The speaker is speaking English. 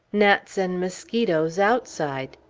gnats and mosquitoes outside.